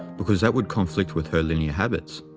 because that would conflict with her linear habits.